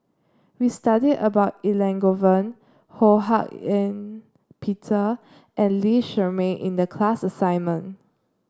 we studied about Elangovan Ho Hak Ean Peter and Lee Shermay in the class assignment